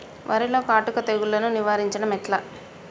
వరిలో కాటుక తెగుళ్లను నివారించడం ఎట్లా?